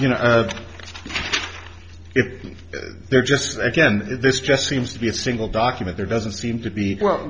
you know if they're just again this just seems to be a single document there doesn't seem to be well